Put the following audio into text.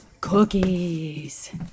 Cookies